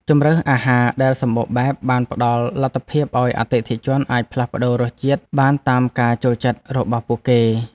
ជម្រើសអាហារដែលសម្បូរបែបបានផ្តល់លទ្ធភាពឱ្យអតិថិជនអាចផ្លាស់ប្តូររសជាតិបានតាមការចូលចិត្តរបស់ពួកគេ។